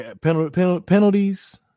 penalties